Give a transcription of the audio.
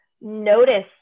notice